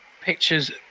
pictures